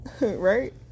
right